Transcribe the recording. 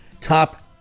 top